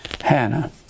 Hannah